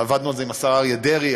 עבדנו על זה עם השר אריה דרעי,